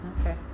Okay